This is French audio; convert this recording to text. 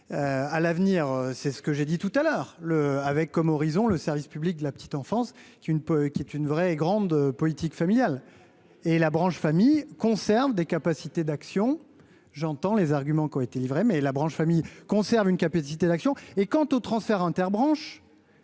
à l'avenir, c'est ce que j'ai dit tout à l'heure le avec comme horizon le service public de la petite enfance, qu'il ne peut qu'il ait une vraie et grande politique familiale et la branche famille conserve des capacités d'action, j'entends les arguments qui ont été livrés, mais la branche famille conservent une capacité d'action et quant aux transferts inter-branches,